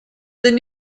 new